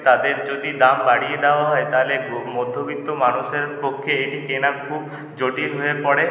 তাদের যদি দাম বাড়িয়ে দেওয়া হয় তালে গ্রো মধ্যবিত্ত মানুষের পক্ষে এটি কেনা খুব জটিল হয়ে পড়ে